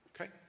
Okay